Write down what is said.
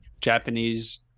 Japanese